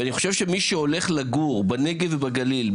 ואני חושב שמי שהולך לגור בנגב ובגליל,